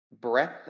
Breath